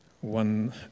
One